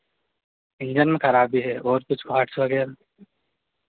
engine में खराबी है और कुछ पार्ट्स वगैरह